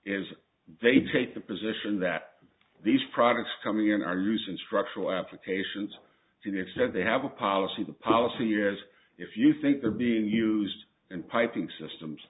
is they take the position that these products coming in are using structural applications to the extent they have a policy the policy years if you think they're being used and piping systems